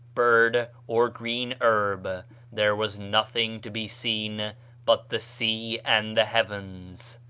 bird, or green herb there was nothing to be seen but the sea and the heavens.